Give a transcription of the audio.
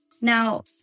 Now